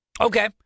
Okay